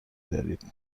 دارید